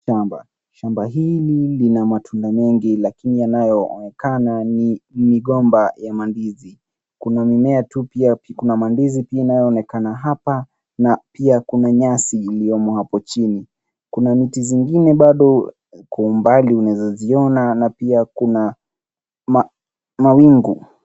Shamba .Shamba Hili ni mbina matunda mengi, lakini yanayoonekana ni- ni gomba ya mandizi. Kuna mimea tupia, kuna mandizi pia inayoonekana hapa, na pia kuna nyasi iliyomo hapo chini. Kuna miti zingine, bado iko umbali; unaweza ziona na pia kuna ma- mawingu.